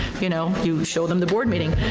you know, you show them the board meeting.